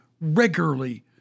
regularly